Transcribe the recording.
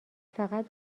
فقط